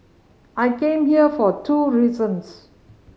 I came here for two reasons